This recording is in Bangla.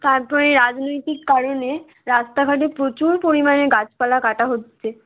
তারপরে রাজনৈতিক কারণে রাস্তাঘাটে প্রচুর পরিমাণে গাছপালা কাটা হচ্ছে